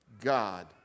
God